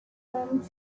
home